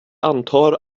antar